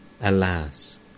Alas